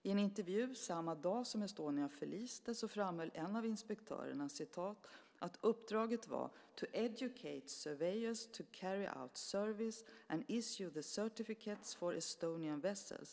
I en intervju, redan samma dag Estonia förliste, framhåller en av inspektörerna att uppdraget var 'to educate surveyors to carry out surveys and issue the certificates for Estonian vessels.